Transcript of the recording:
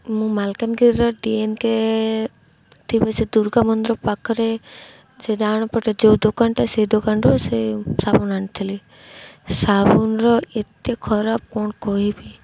ମୁଁ ମାଲକାନଗିରିର D N K ଥିବେ ସେ ଦୁର୍ଗ ମନ୍ଦିର ପାଖରେ ସେ ଡାହଣ ପଟେ ଯେଉଁ ଦୋକାନଟା ସେଇ ଦୋକାନରୁ ସେ ସାବୁନ ଆଣିଥିଲି ସାବୁନର ଏତେ ଖରାପ କ'ଣ କହିବି